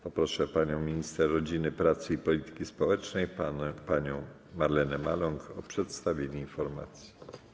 Poproszę panią minister rodziny, pracy i polityki społecznej panią Marlenę Maląg o przedstawienie informacji.